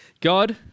God